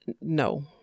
No